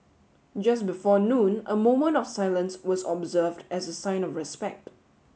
just before noon a moment of silence was observed as a sign of respect